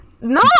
No